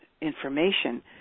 information